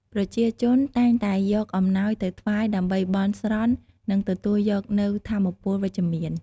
ប្រជាជនតែងតែយកអំណោយទៅថ្វាយ ដើម្បីបន់ស្រន់ និងទទួលយកនូវថាមពលវិជ្ជមាន។